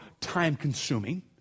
time-consuming